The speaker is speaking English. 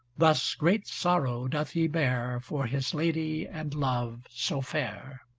thus great sorrow doth he bear, for his lady and love so fair.